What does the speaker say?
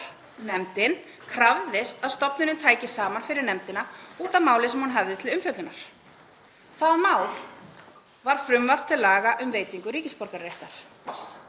nefndin krafðist að stofnunin tæki saman fyrir nefndina út af máli sem hún hafði til umfjöllunar. Það mál var frumvarp til laga um veitingu ríkisborgararéttar.